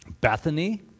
Bethany